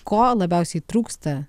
ko labiausiai trūksta